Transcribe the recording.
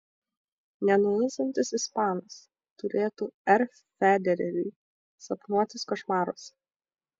nenuilstantis ispanas turėtų r federeriui sapnuotis košmaruose